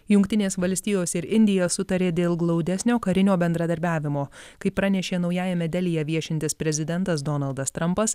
jungtinės valstijos ir indija sutarė dėl glaudesnio karinio bendradarbiavimo kaip pranešė naujajame delyje viešintis prezidentas donaldas trampas